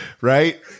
Right